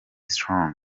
strong